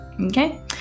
okay